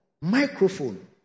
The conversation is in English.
microphone